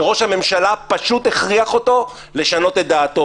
שראש הממשלה פשוט הכריח אותו לשנות את דעתו.